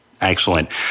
Excellent